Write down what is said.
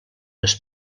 les